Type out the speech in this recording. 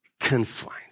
confined